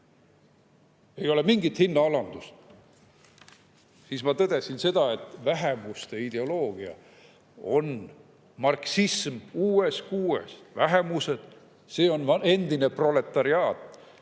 ei ole mingit hinnaalandust, siis ma tõdesin, et vähemuste ideoloogia on marksism uues kuues. Vähemused, see on endine proletariaat,